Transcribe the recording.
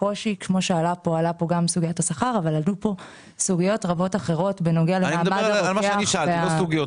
הקופה רוצה להעלות את השכר